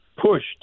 pushed